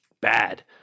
bad